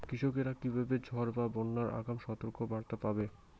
কৃষকেরা কীভাবে ঝড় বা বন্যার আগাম সতর্ক বার্তা পাবে?